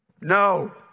No